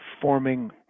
forming